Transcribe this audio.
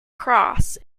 cross